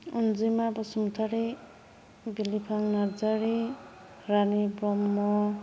Anjima Basumatary Bilifang Narzary Rani Brahma